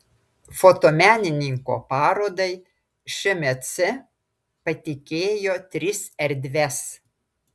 fotomenininko parodai šmc patikėjo tris erdves